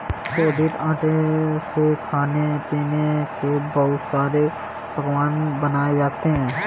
शोधित आटे से खाने पीने के बहुत सारे पकवान बनाये जाते है